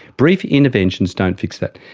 brief interventions don't fix that.